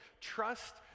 trust